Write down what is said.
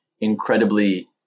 incredibly